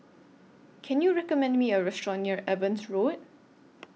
Can YOU recommend Me A Restaurant near Evans Road